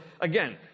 again